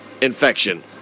infection